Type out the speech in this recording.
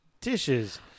dishes